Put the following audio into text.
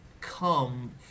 come